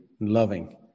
loving